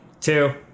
two